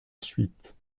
suite